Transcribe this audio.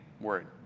word